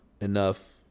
enough